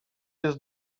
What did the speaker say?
jest